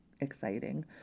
exciting